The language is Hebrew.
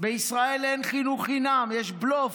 בישראל אין חינוך חינם, יש בלוף.